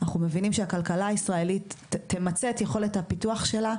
אנחנו מבינים שהכלכלה הישראלית תמצה את יכולת הפיתוח שלה,